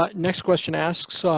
but next question asks, so